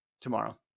tomorrow